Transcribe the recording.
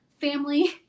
family